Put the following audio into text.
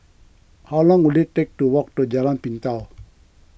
how long will it take to walk to Jalan Pintau